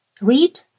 Read